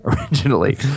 originally